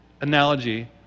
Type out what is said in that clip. analogy